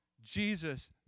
Jesus